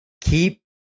keep